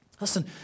Listen